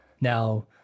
Now